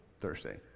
Thursday